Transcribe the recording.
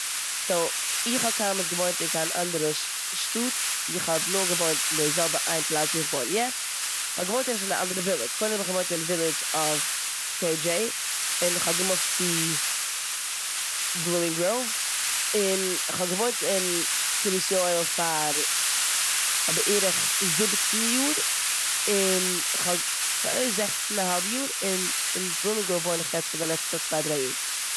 סאו איך האב קיינמאל נישט געוואוינט אין קיין אנדערע ש- שטאט. איך האב נאר געוואוינט אין די זעלבע איין פלאץ ווי איך וואוין יעצט. כ'האב געוואוינט אפשר אין א אנדערע ווילעדש. קודם האב איך געוואוינט אין ווילעדש אף קעי. דשעי., און כ'האב געמופט צו בלומינג גראוו און כ'האב געוואוינט אין קרית יואל פאר- פאר בערך זיבצן יאר און כ'הא- פאר זעכצן א האלב יאר און אין בלומינג גראוו וואוין איך יעצט פאר די לעצטע צוויי דריי יאר.